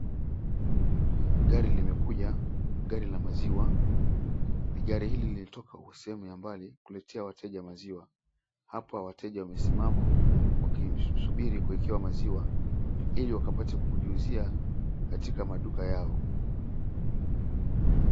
Gari limekuja, gari la maziwa ni gari hili lilitoka kwa sehemu ya mbali kuletea wateja maziwa. Hapa wateja wamesimama wakisubiri kuekewa maziwa ili wakapate kujiuzia katika maduka yao.